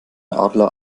adler